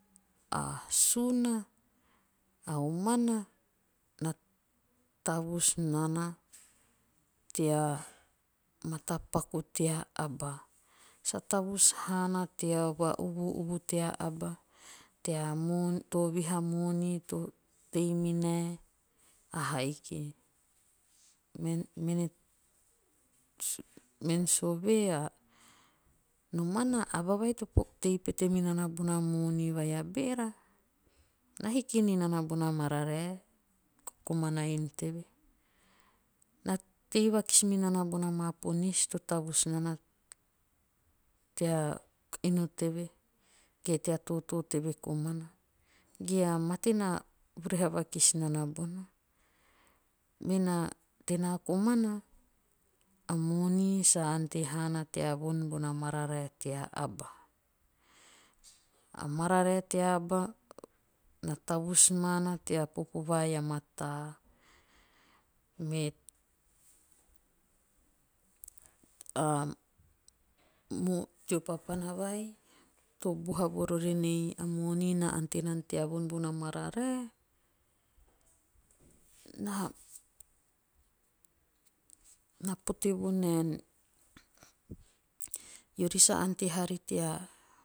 -A suuna. a omana na tavus nana tea matapaku tea aba. Sa tavus haana tea va uvu'uvu tea aba. tea mo tovihi a moni to tei minae. ahaiki. Mene mensovea nomana a na hiki ninana bona mararae komana inu teve. Na tei vakis minana bona maa ponis to tavus nana tea inu teve ge tea totoo teve komana. Ge a mate vurahe vakis nana bona. mena te naa komana. a moni sa ante haana tea von bona mararae tea aba. A mararae tea aba na tavus maana tea popo vai aa mataa. Me a teo papana vai to boha vorori enei a moni na ante nana tea von bona mararae. na pote vonaen. eori sa ante haari tea- tea.